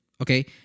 Okay